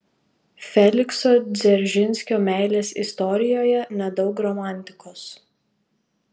felikso dzeržinskio meilės istorijoje nedaug romantikos